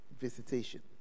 visitation